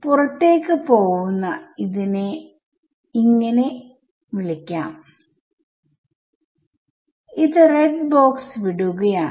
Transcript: പുറത്തേക്ക് പോവുന്ന ഇതിനെ എന്ന് വിളിക്കാം ഇത് റെഡ് ബോക്സ് വിടുകയാണ്